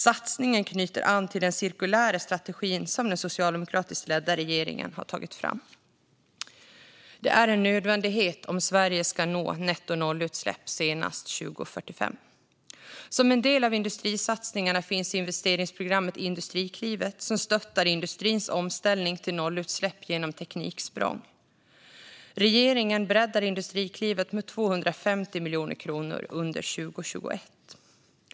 Satsningen knyter an till den cirkulära strategin som den socialdemokratiskt ledda regeringen har tagit fram. Detta är en nödvändighet om Sverige ska nå målet om nettonollutsläpp senast 2045. Som del av industrisatsningarna finns investeringsprogrammet Industriklivet som stöttar industrins omställning till nollutsläpp genom tekniksprång. Regeringen breddar Industriklivet med 250 miljoner kronor under 2021.